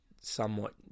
somewhat